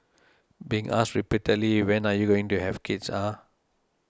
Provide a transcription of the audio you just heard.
being asked repeatedly When are you going to have kids ah